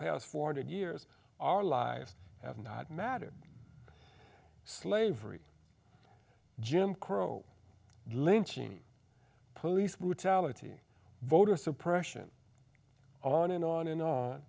past four hundred years our lives have not matter slavery jim crow lynching police brutality voter suppression on and on and on